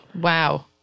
Wow